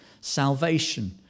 salvation